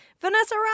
Vanessa